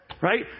Right